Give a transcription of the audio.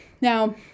Now